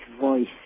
voice